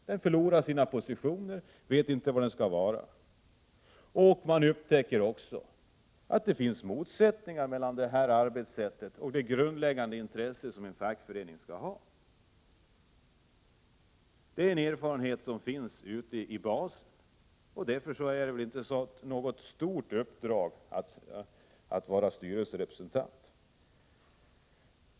Den förlorar sina positioner och vet inte var den skall stå. Man upptäcker också att det finns motsättningar mellan detta arbetssätt och det grundläggande intresse som en fackförening skall ha. Detta är en erfarenhet som finns ute i basen. Därför är det inte något särskilt stort uppdrag att vara styrelserepresentant.